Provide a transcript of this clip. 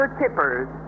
tippers